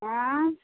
आँए